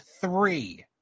Three